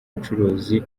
bucuruzi